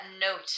note